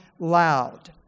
loud